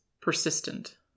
persistent